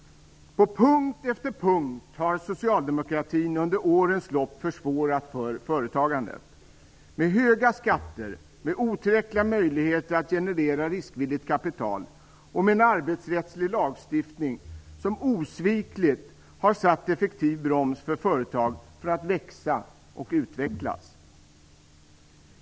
På punkt efter punkt har socialdemokratin under årens lopp försvårat för företagandet, med höga skatter, med otillräckliga möjligheter att generera riskvilligt kapital och med en arbetsrättslig lagstiftning som osvikligt och effektivt har hindrat företag från att växa och utvecklas.